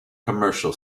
commercial